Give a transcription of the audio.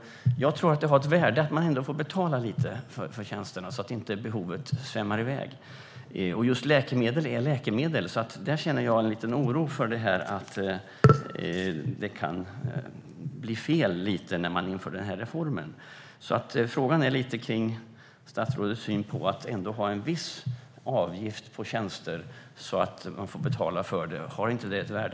Jag tror att det har ett värde att man ändå får betala lite för tjänsterna så att inte behovet svämmar över. Och just läkemedel är läkemedel, så där känner jag en liten oro för att det kan bli lite fel när man inför den här reformen. Frågan är vad statsrådets syn är på att ha en viss avgift för tjänster så att man får betala för dem. Har det ändå inte ett värde?